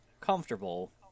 comfortable